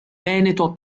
veneto